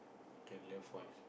can love wife